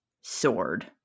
Sword